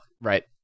right